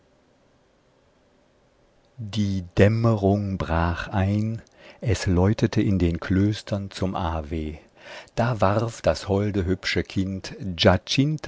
die dämmerung brach ein es läutete in den klöstern zum ave da warf das holde hübsche kind